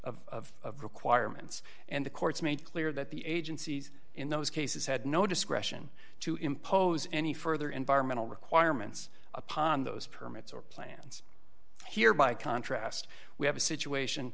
checklist of requirements and the court's made clear that the agencies in those cases had no discretion to impose any further environmental requirements upon those permits or plans here by contrast we have a situation